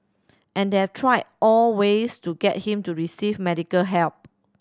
and they have tried all ways to get him to receive medical help